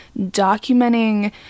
documenting